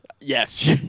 Yes